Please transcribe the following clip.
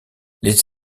les